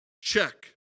Check